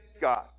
God